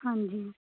ਹਾਂਜੀ